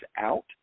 out